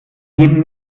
jedem